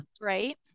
Right